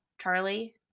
Charlie